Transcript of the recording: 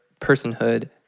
personhood